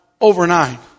overnight